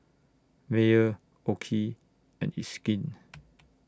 Mayer OKI and It's Skin